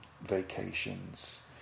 vacations